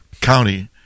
County